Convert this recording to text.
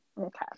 Okay